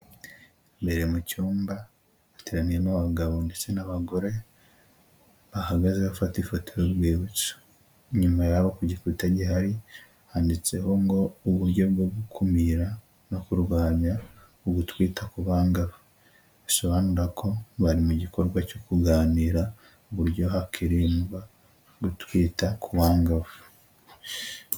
Imbere mu cyumba, hateraniyemo abagabo ndetse n'abagore, bahagaze bafata ifoto y'urwibutso, inyuma yabo ku gikuta gihari, handitseho ngo uburyo bwo gukumira no kurwanya ugutwita ku bangavu, bisobanura ko bari mu gikorwa cyo kuganira uburyo hakirindwa gutwita ku bangavu.